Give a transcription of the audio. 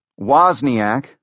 Wozniak